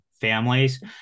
families